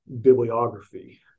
bibliography